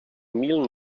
mil